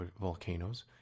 volcanoes